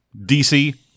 DC